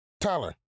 Tyler